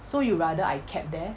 so you rather I cab there